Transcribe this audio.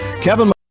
Kevin